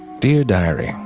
dear diary,